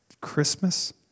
Christmas